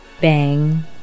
bang